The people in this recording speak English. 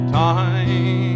time